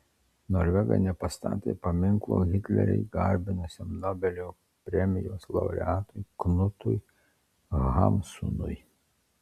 norvegai nepastatė paminklo hitlerį garbinusiam nobelio premijos laureatui knutui hamsunui